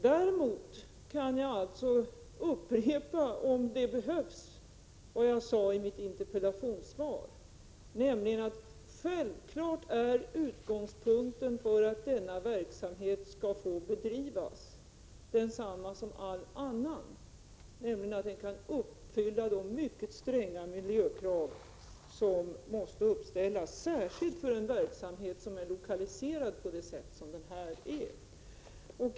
Däremot kan jag upprepa - om det behövs — vad jag sade i mitt interpellationssvar, nämligen att utgångspunkten för att denna verksamhet skall få bedrivas självfallet är densamma som för all annan verksamhet, nämligen att den kan uppfylla de mycket stränga miljökrav som måste uppställas, särskilt för en verksamhet som är lokaliserad på det sätt som den här är.